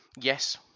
Yes